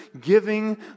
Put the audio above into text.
giving